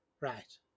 Right